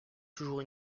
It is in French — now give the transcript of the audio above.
toujours